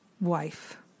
wife